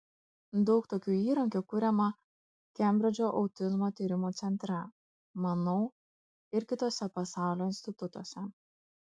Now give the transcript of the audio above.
daug tokių įrankių kuriama kembridžo autizmo tyrimų centre manau ir kituose pasaulio institutuose